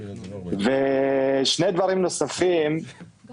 המס בגובה